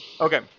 Okay